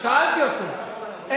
שאלתי אותו, הוא לא משיב.